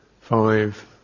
five